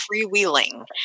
freewheeling